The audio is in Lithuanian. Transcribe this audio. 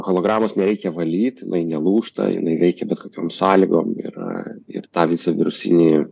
hologramos nereikia valyt jinai nelūžta jinai veikia bet kokiom sąlygom yra ir tą visą virusinį